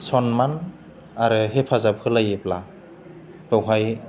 सनमान आरो हेफाजाब होलायोब्ला बेवहाय